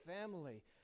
family